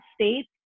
States